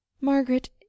margaret